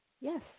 Yes